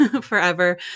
forever